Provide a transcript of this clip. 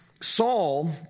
Saul